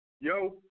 Yo